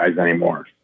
anymore